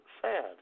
sad